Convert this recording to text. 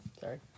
Sorry